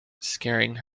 scaring